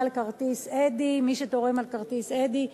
על כרטיס "אדי" מי שחותם על כרטיס "אדי",